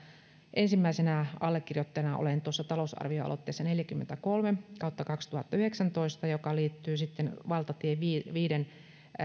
ensimmäisenä allekirjoittajana olen tuossa talousarvioaloitteessa neljäkymmentäkolme kautta kaksituhattayhdeksäntoista joka liittyy valtatie viiden viiden